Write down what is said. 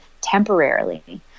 temporarily